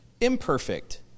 Imperfect